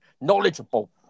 Knowledgeable